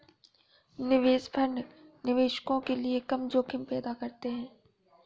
निवेश फंड निवेशकों के लिए कम जोखिम पैदा करते हैं